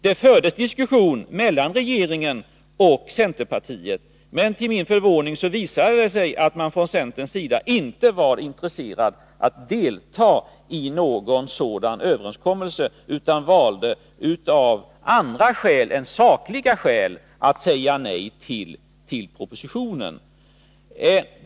Det fördes diskussion mellan regeringen och centerpartiet, men till min förvåning visade det sig att man från centerns sida inte var intresserad av att delta i någon sådan överenskommelse utan valde, av andra skäl än sakliga skäl, att säga nej till propositionen.